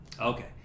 Okay